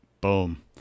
Boom